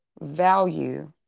value